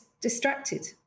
distracted